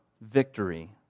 victory